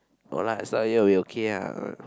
no lah as long as with you I'll be okay ah